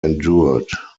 endured